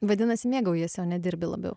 vadinasi mėgaujiesi o ne dirbi labiau